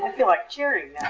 um feel like cheering